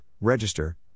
register